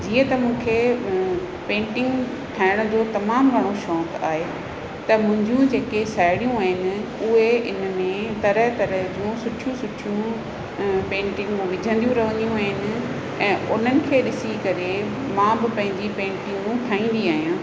जीअं त मूंखे उहे पेंटिंग ठाहिण जो तमामु घणो शौक़ु आहे त मुंहिंजियूं जेके साहेड़ियूं आहिनि उहे इन में तरह तरह जियूं सुठियूं सुठियूं पेंटिंग विझंदियूं रहंदियूं आहिनि ऐं उन्हनि खे ॾिसी करे मां बि पंहिंजी पेंटिंगू ठाहींदी आहियां